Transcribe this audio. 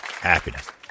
happiness